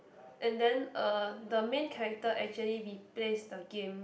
and then uh the main character actually replace the game